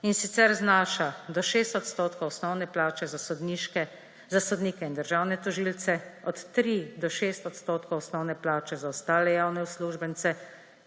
in sicer znaša do 6 odstotkov osnovne plače za sodnike in državne tožilce, od 3 do 6 odstotkov osnovne plače za ostale javne uslužbence